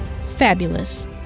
Fabulous